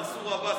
מנסור עבאס,